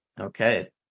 Okay